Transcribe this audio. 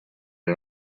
had